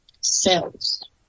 cells